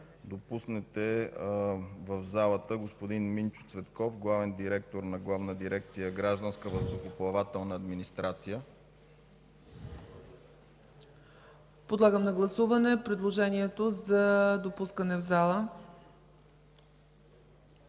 допуснете в залата господин Минчо Цветков – главен директор на Главна дирекция „Гражданска въздухоплавателна администрация”. ПРЕДСЕДАТЕЛ ЦЕЦКА ЦАЧЕВА: Подлагам на гласуване предложението за допускане в залата.